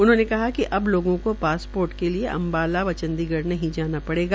उन्होंने कहा कि अब लोगों को पासपोर्ट के लिए अम्बाला व चंडीगढ़ नहीं जाना पड़ेगा